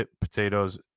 potatoes